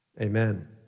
amen